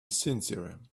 sincere